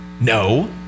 No